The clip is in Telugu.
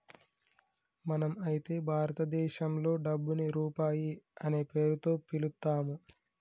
మనం అయితే భారతదేశంలో డబ్బుని రూపాయి అనే పేరుతో పిలుత్తాము